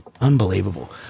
Unbelievable